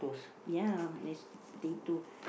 ya that's potato